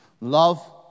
love